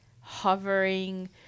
hovering